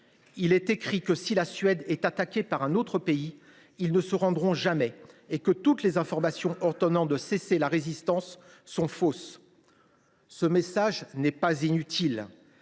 Il y est indiqué que, si la Suède est attaquée par un autre pays, elle ne se rendra jamais, et que toutes les informations ordonnant de cesser la résistance seraient fausses. Ce message n’est pas inutile